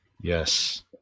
yes